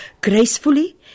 gracefully